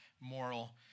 moral